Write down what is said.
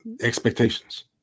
expectations